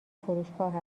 فروشگاه